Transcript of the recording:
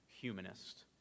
humanist